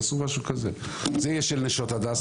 תעשו משהו כזה: זה יהיה של נשות הדסה,